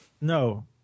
No